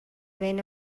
بین